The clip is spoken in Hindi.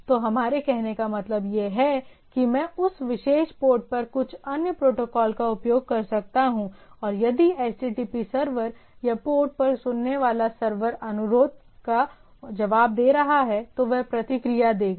तो हमारे कहने का मतलब यह है कि मैं उस विशेष पोर्ट पर कुछ अन्य प्रोटोकॉल का उपयोग कर सकता हूं और यदि HTTP सर्वर या पोर्ट पर सुनने वाला सर्वर अनुरोध का जवाब दे रहा है तो वह प्रतिक्रिया देगा